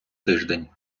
тиждень